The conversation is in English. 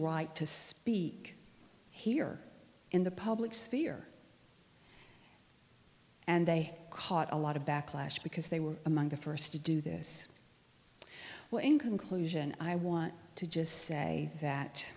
right to speak here in the public sphere and they caught a lot of backlash because they were among the first to do this well in conclusion i want to just say that